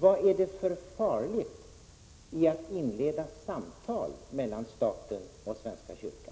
Vad är det för farligt att inleda samtal mellan staten och svenska kyrkan?